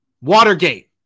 Watergate